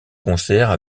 concert